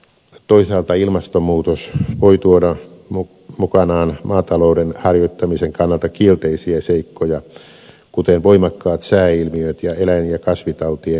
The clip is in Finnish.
toisaalta ilmastonmuutos voi tuoda mukanaan maatalouden harjoittamisen kannalta kielteisiä seikkoja kuten voimakkaat sääilmiöt ja eläin ja kasvitautien lisääntymisen